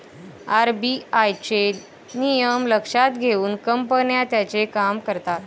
RBI चे नियम लक्षात घेऊन कंपन्या त्यांचे काम करतात